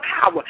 power